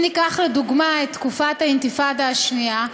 אם ניקח לדוגמה את תקופת האינתיפאדה השנייה,